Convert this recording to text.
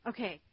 Okay